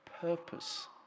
purpose